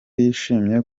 yishimiye